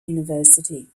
university